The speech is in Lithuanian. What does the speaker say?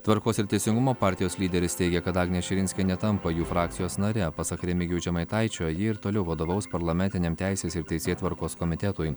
tvarkos ir teisingumo partijos lyderis teigia kad agnė širinskienė tampa jų frakcijos nare pasak remigijaus žemaitaičio ji ir toliau vadovaus parlamentiniam teisės ir teisėtvarkos komitetui